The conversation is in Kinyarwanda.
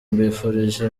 mbifurije